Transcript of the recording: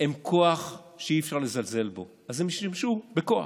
הם כוח שאי-אפשר לזלזל בו, אז הם השתמשו בכוח,